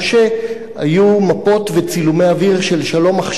היו מפות וצילומי אוויר של "שלום עכשיו",